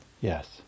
Yes